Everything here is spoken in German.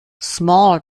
small